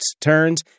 turns